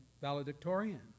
valedictorian